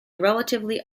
relatively